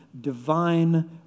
divine